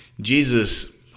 Jesus